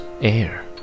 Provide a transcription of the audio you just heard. air